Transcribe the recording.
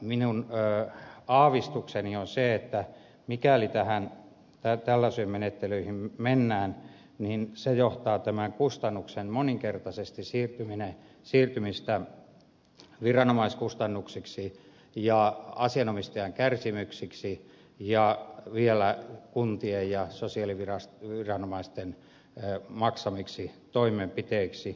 minun aavistukseni on se että mikäli tällaisiin menettelyihin mennään niin se johtaa tämän kustannuksen moninkertaista siirtymistä viranomaiskustannukseksi ja asianomistajan kärsimyksiksi ja vielä kuntien ja sosiaaliviranomaisten maksamiksi toimenpiteiksi